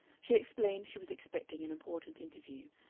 she explained she was expecting an important interview,